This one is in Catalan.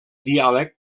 diàleg